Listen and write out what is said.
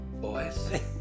boys